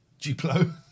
Duplo